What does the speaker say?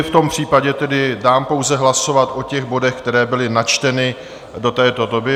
V tom případě dám pouze hlasovat o těch bodech, které byly načteny do této doby.